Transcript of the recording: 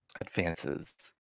Advances